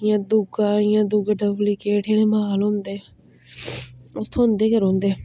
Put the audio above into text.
जियां दूआ जियां डुप्लीकेट माल होंदे ओह् थ्होंदे गै रौंहदे